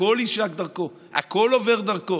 הכול יישק על פי דרכו, הכול עובר דרכו.